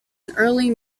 early